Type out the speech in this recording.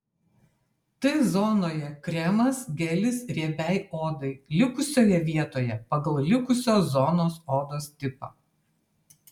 t zonoje kremas gelis riebiai odai likusioje vietoje pagal likusios zonos odos tipą